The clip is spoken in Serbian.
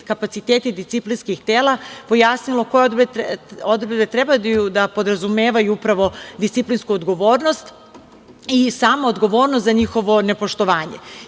kapaciteti disciplinskih tela, pojasnilo koje odredbe treba da podrazumevaju upravo disciplinsku odgovornost i sama odgovornost za njihovo nepoštovanje. Jedinstvena